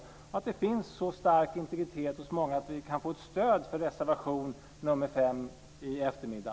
Jag hoppas att det finns så stark integritet hos så många att vi kan få ett stöd för reservation nr 5 i eftermiddag.